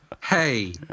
Hey